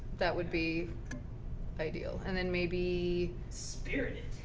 that would be ideal. and then maybe spirited.